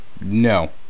No